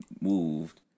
moved